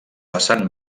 vessant